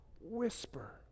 whisper